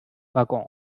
waggon